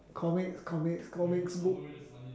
comics comics comics book